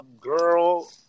girl